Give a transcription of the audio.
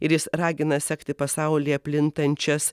ir jis ragina sekti pasaulyje plintančias